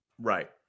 Right